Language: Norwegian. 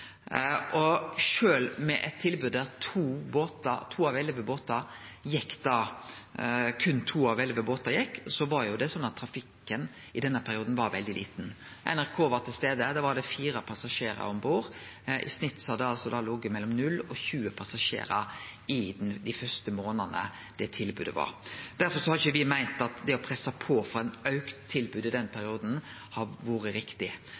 med eit tilbod der berre to av elleve båtar gjekk, så var trafikken i denne perioden veldig liten. Da NRK var til stades, var det fire passasjerar om bord. I snitt har det da altså lege mellom null og 20 passasjerar i dei første månadene det tilbodet var slik. Derfor har ikkje me meint at det å presse på for eit auka tilbod i den perioden har vore riktig.